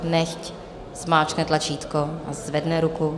Nechť zmáčkne tlačítko a zvedne ruku.